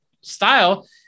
style